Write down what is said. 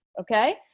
okay